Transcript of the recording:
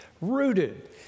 Rooted